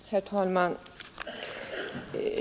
Herr talman!